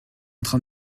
train